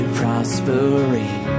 prospering